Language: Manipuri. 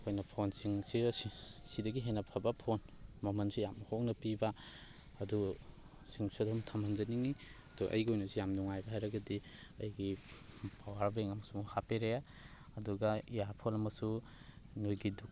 ꯑꯩꯈꯣꯏꯅ ꯐꯣꯟꯁꯤꯡ ꯁꯤꯗꯒꯤ ꯍꯦꯟꯅ ꯐꯕ ꯐꯣꯟ ꯃꯃꯟꯁꯨ ꯌꯥꯝ ꯍꯣꯡꯅ ꯄꯤꯕ ꯑꯗꯨ ꯁꯤꯡꯁꯨ ꯑꯗꯨꯝ ꯊꯝꯍꯟꯖꯅꯤꯡꯉꯤ ꯑꯗꯨ ꯑꯩꯒꯤ ꯑꯣꯏꯅꯁꯨ ꯌꯥꯝ ꯅꯨꯡꯉꯥꯏꯕ ꯍꯥꯏꯔꯒꯗꯤ ꯑꯩꯒꯤ ꯄꯋꯥꯔ ꯕꯦꯡ ꯑꯃꯁꯨ ꯍꯥꯞꯄꯤꯔꯛꯑꯦ ꯑꯗꯨꯒ ꯏꯌꯥꯔꯐꯣꯟ ꯑꯃꯁꯨ ꯅꯣꯏꯒꯤ